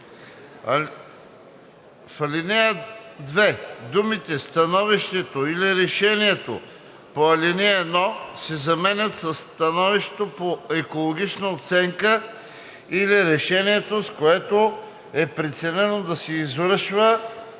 В ал. 2 думите „становището или решението по ал. 1“ се заменят със „становището по екологична оценка или решението, с което е преценено да се извършва